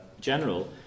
general